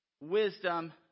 wisdom